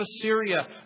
Assyria